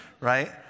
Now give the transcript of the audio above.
right